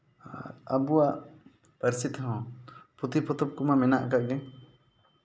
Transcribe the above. ᱟᱵᱚᱣᱟᱜ ᱯᱟᱹᱨᱥᱤ ᱛᱮᱦᱚᱸ ᱯᱩᱛᱷᱤ ᱯᱚᱛᱚᱵ ᱠᱚᱢᱟ ᱢᱮᱱᱟᱜ ᱟᱠᱟᱜ ᱜᱮ